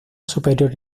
superior